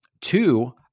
two